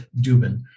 Dubin